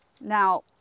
Now